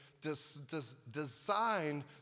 designed